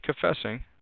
confessing